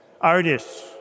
artists